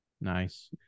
Nice